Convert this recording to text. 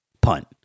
punt